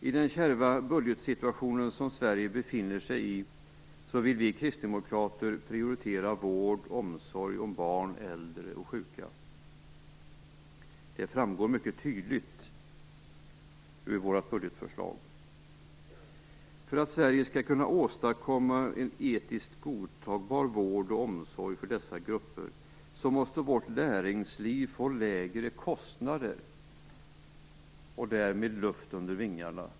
I den kärva budgetsituation som Sverige befinner sig i vill vi kristdemokrater prioritera vård och omsorg om barn, äldre och sjuka. Det framgår mycket tydligt i vårt budgetförslag. För att Sverige skall kunna åstadkomma en etiskt godtagbar vård och omsorg för dessa grupper måste vårt näringsliv få lägre kostnader och därmed luft under vingarna.